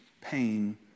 pain